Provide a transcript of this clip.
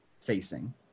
facing